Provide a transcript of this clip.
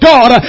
God